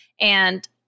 And-